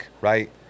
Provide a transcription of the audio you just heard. right